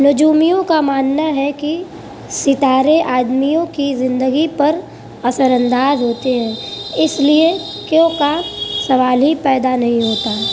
نجومیوں کا ماننا ہے کہ ستارے آدمیوں کی زندگی پر اثرانداز ہوتے ہیں اس لیے کیوں کا سوال ہی پیدا نہیں ہوتا ہے